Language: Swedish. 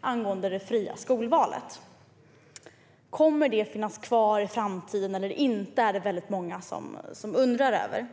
angående det fria skolvalet. Kommer det att finnas kvar i framtiden eller inte, är det många som undrar.